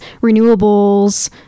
renewables